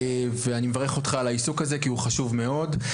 ואני מברך אותך על העיסוק הזה כי הוא חשוב מאוד.